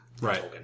right